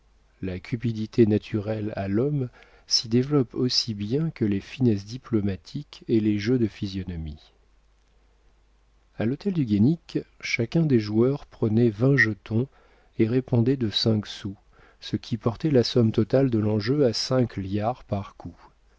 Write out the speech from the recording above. la cupidité naturelle à l'homme s'y développe aussi bien que les finesses diplomatiques et les jeux de physionomie a l'hôtel du guénic chacun des joueurs prenait vingt jetons et répondait de cinq sous ce qui portait la somme totale de l'enjeu à cinq liards par